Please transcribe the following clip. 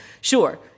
Sure